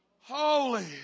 Holy